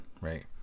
right